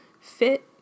fit